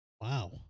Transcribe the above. Wow